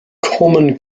common